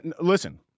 Listen